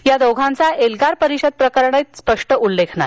यां दोघांचा एलगार परिषद प्रकरणी स्पष्ट उल्लेख नाही